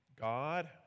God